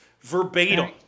verbatim